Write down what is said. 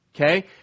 Okay